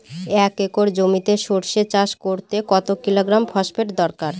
এক একর জমিতে সরষে চাষ করতে কত কিলোগ্রাম ফসফেট দরকার?